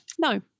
No